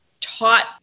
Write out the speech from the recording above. taught